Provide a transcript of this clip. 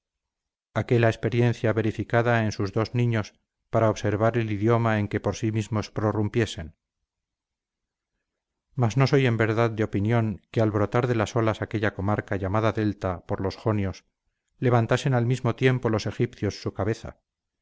a qué la experiencia verificada en sus dos niños para observar el idioma en que por sí mismos prorrumpiesen mas no soy en verdad de opinión que al brotar de las olas aquella comarca llamada delta por los jonios levantasen al mismo tiempo los egipcios su cabeza